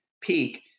peak